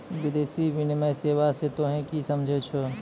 विदेशी विनिमय सेवा स तोहें कि समझै छौ